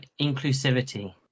inclusivity